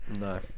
No